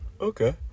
Okay